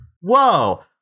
Whoa